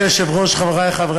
אם כן,